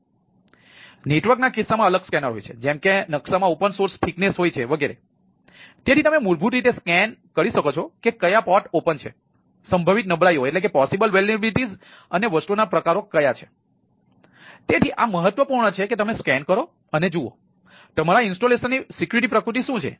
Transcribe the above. તેથી નેટવર્કના કિસ્સામાં અલગ સ્કેનર શું છે